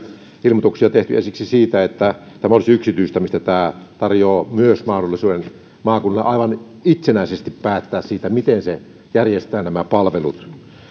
ilmoituksia tehty esimerkiksi siitä että tämä olisi yksityistämistä tämä tarjoaa myös mahdollisuuden maakunnalle aivan itsenäisesti päättää siitä miten se järjestää nämä palvelut siinä